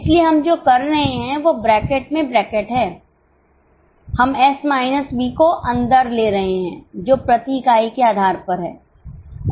इसलिए हम जो कर रहे हैं वह ब्रैकेट में ब्रैकेट है हम S माइनस V को अंदर ले रहे हैं जो प्रति इकाई के आधार पर है और इसे Q से गुणा करना है